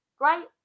right